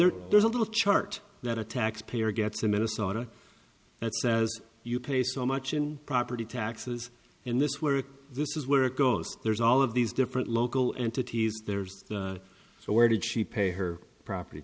there there's a little chart that a taxpayer gets in minnesota that says you pay so much in property taxes in this where this is where it goes there's all of these different local entities there's so where did she pay her property